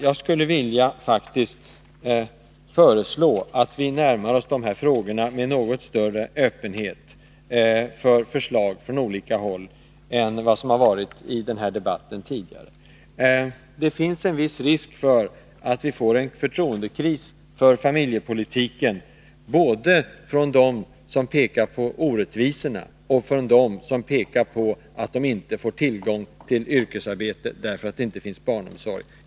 Jag skulle faktiskt vilja föreslå att vi närmar oss de här frågorna med en något större öppenhet för förslag från olika håll än vad som har varit fallet i den här debatten tidigare. Det finns en viss risk för att vi får en förtroendekris för familjepolitiken. Det gäller både hos dem som pekar på orättvisorna och hos dem som pekar på att de inte kan yrkesarbeta, därför att det inte finns tillgång till barnomsorg.